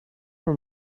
for